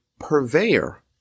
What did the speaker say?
purveyor